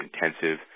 intensive